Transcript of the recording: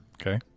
Okay